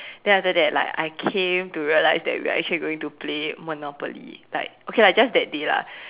then after that like I came to realize that we are actually going to play Monopoly like okay lah just that day lah